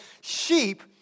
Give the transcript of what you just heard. sheep